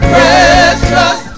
Precious